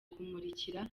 kumurikira